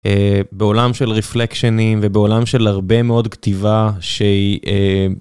בעולם של רפלקשנים ובעולם של הרבה מאוד כתיבה שהיא...